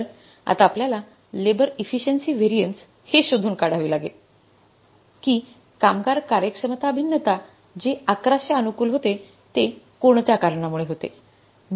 तर आता आपल्याला लेबर इफिशिएंसि व्हॅरियन्स हे शोधून काढावे लागेल की कामगार कार्यक्षमता भिन्नता जे 1100 अनुकूल होते ते कोणत्या कारणामुळे होते